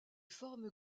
formes